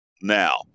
Now